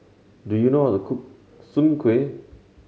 do you know how to cook soon kway